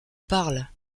parlent